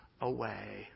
away